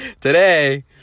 Today